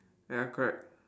ya correct